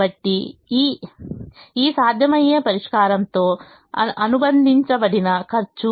కాబట్టి ఈ సాధ్యమయ్యే పరిష్కారంతో అనుబంధించబడిన ఖర్చు